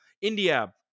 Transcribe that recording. India